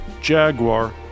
Jaguar